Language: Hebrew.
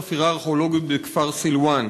חפירה ארכיאולוגית בכפר סילואן,